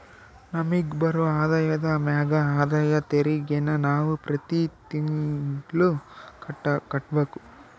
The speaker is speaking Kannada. ನಮಿಗ್ ಬರೋ ಆದಾಯದ ಮ್ಯಾಗ ಆದಾಯ ತೆರಿಗೆನ ನಾವು ಪ್ರತಿ ತಿಂಗ್ಳು ಕಟ್ಬಕು